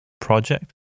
project